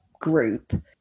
group